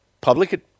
public